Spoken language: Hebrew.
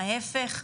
ההפך,